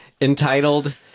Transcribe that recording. entitled